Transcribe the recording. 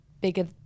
bigger